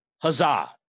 huzzah